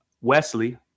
Wesley